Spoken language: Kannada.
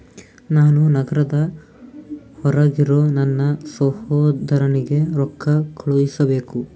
ನಾನು ನಗರದ ಹೊರಗಿರೋ ನನ್ನ ಸಹೋದರನಿಗೆ ರೊಕ್ಕ ಕಳುಹಿಸಬೇಕು